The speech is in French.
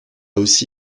aussi